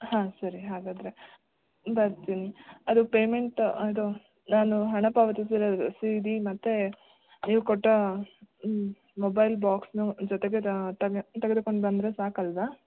ಹಾಂ ಸರಿ ಹಾಗಾದರೆ ಬರ್ತೀನಿ ಅದು ಪೇಮೆಂಟ್ ಅದು ನಾನು ಹಣ ಪಾವತಿಸಿದ ರಸೀದಿ ಮತ್ತು ನೀವು ಕೊಟ್ಟ ಹ್ಞೂ ಮೊಬೈಲ್ ಬಾಕ್ಸನ್ನ ಜೊತೆಗೆ ತಗೆ ತೆಗೆದುಕೊಂಡು ಬಂದರೆ ಸಾಕಲ್ಲವಾ